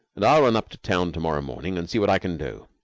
and i will run up to town to-morrow morning, and see what i can do.